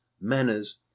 manners